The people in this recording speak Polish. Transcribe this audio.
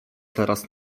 teraz